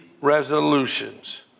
resolutions